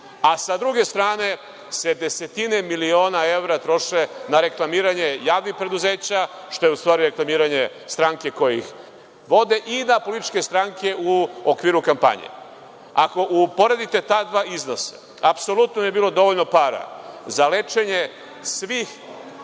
a sa druge strane se desetine miliona evra troše na reklamiranje javnih preduzeća, što je u stvari reklamiranje stranke koje ih vode i na političke stranke u okviru kampanje. Ako uporedite ta dva iznosa, apsolutno bi bilo dovoljno para za lečenje svih